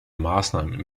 maßnahmen